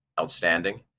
outstanding